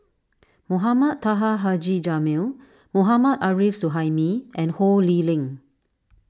Mohamed Taha Haji Jamil Mohammad Arif Suhaimi and Ho Lee Ling